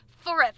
forever